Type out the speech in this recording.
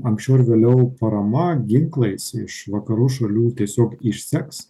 anksčiau ar vėliau parama ginklais iš vakarų šalių tiesiog išseks